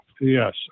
Yes